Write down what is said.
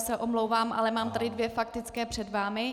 Já se omlouvám, ale mám tady dvě faktické před vámi.